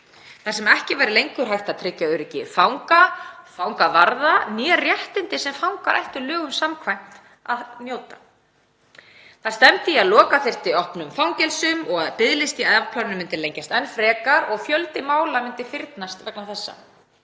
þar sem ekki verður lengur hægt að tryggja öryggi fanga, fangavarða né réttindi sem fangar ættu lögum samkvæmt að njóta. Það stefndi í að loka þyrfti opnum fangelsum og biðlisti í afplánun myndi lengjast enn frekar og fjöldi mála myndi fyrnast vegna þessa.